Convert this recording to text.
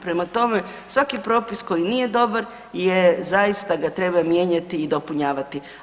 Prema tome, svaki propis koji nije dobar zaista ga treba mijenjati i dopunjavati.